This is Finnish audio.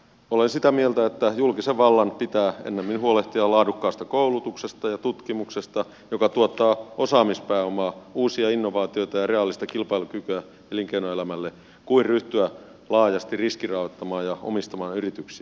olen sitä mieltä että julkisen vallan pitää ennemmin huolehtia laadukkaasta koulutuksesta ja tutkimuksesta joka tuottaa osaamispääomaa uusia innovaatioita ja reaalista kilpailukykyä elinkeinoelämälle kuin ryhtyä laajasti riskirahoittamaan ja omistamaan yrityksiä